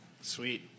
Sweet